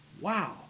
Wow